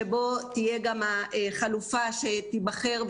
ובו תהיה גם החלופה שתיבחר,